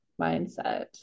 mindset